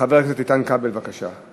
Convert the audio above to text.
חבר הכנסת איתן כבל, בבקשה.